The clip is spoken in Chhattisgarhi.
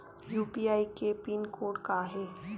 यू.पी.आई के पिन कोड का हे?